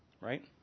right